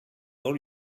all